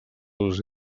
les